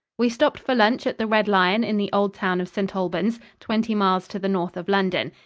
we stopped for lunch at the red lion in the old town of st. albans, twenty miles to the north of london.